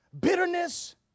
bitterness